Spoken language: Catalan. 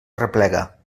arreplega